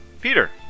Peter